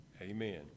Amen